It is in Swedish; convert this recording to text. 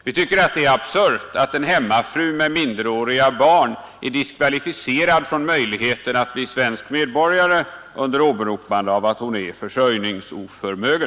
Vi tycker att det är absurt att en hemmafru med minderåriga barn är diskvalificerad att bli svensk medborgare under åberopande av att hon är försörjningsoförmögen.